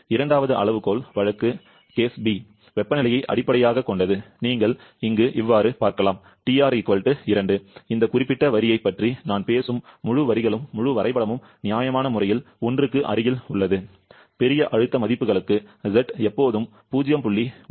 இரண்டாவது அளவுகோல் வழக்கு வெப்பநிலையை அடிப்படையாகக் கொண்டது நீங்கள் பார்க்கலாம் TR 2 இந்த குறிப்பிட்ட வரியைப் பற்றி நான் பேசும் முழு வரிகளும் முழு வரைபடமும் நியாயமான முறையில் 1 க்கு அருகில் உள்ளது பெரிய அழுத்த மதிப்புகளுக்கு Z எப்போதும் 0